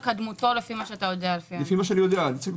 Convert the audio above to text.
לפי מה שאני יודע זה חזר